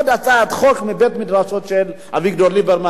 חוק מבית-מדרשם של אביגדור ליברמן ונאמן.